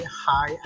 hi